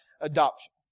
adoption